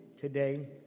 today